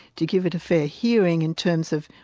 to give it a fair hearing in terms of,